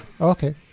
Okay